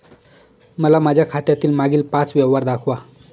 मला माझ्या खात्यातील मागील पांच व्यवहार दाखवा